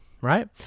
right